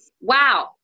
Wow